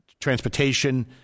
transportation